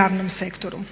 javnom sektoru.